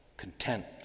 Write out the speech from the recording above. content